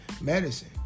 medicine